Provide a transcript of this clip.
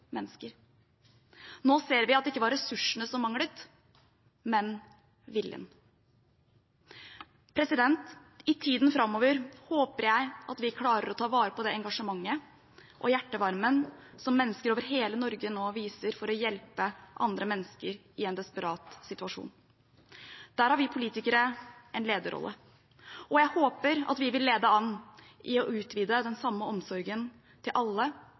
mennesker. Nå ser vi at det ikke var ressursene som manglet, men viljen. I tiden framover håper jeg at vi klarer å ta vare på det engasjementet og den hjertevarmen som mennesker over hele Norge nå viser for å hjelpe andre mennesker i en desperat situasjon. Der har vi politikere en lederrolle, og jeg håper at vi vil lede an i å utvise den samme omsorgen til alle